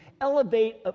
elevate